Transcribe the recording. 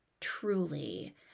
truly